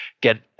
get